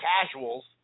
casuals